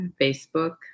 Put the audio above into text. Facebook